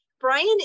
Brian